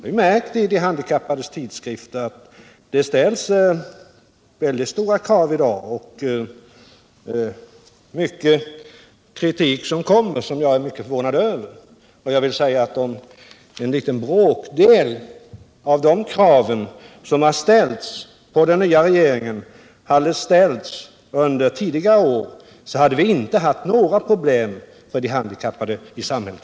Vi har märkt i de handikappades tidskrifter att det i dag ställs stora krav, och det framkommer mycket kritik som jag är förvånad över. Om bara en bråkdel av de krav som har ställts på den nya regeringen hade ställts under tidigare år, hade de handikappade i dag inte haft några problem i samhället.